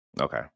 okay